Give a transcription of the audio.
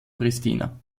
pristina